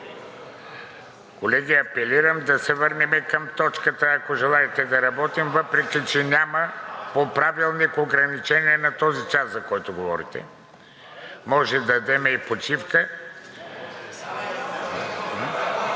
Колеги, апелирам да се върнем към точката, ако желаете да работим, въпреки че няма по Правилник ограничение на този час, за който говорите. Може да дадем и почивка.